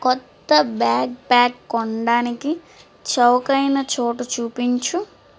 కొత్త bag pack కొనడానికి చవకైనా చోటు చూపించు